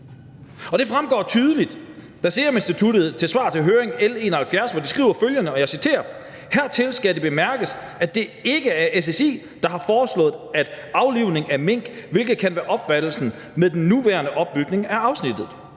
det fremgår tydeligt, da Seruminstituttet som høringssvar til L 77 skriver følgende: »Hertil skal det bemærkes, at det ikke er SSI, der har foreslået, at aflivning af mink, hvilket kan være opfattelsen med den nuværende opbygning af afsnittet.